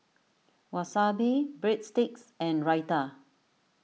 Wasabi Breadsticks and Raita